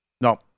no